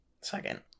Second